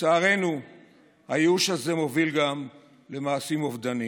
לצערנו הייאוש הזה מוביל גם למעשים אובדניים.